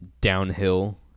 downhill